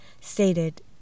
stated